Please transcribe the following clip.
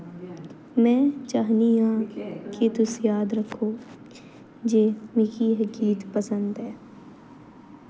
में चाह्न्नियां के तुस याद रक्खो जे मिगी एह् गीत पसंद ऐ